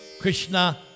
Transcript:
Krishna